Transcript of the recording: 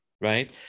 right